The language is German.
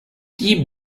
die